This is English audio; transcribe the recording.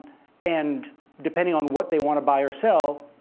and depending on what they want to buy or sell,